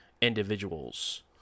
individuals